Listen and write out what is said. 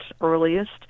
earliest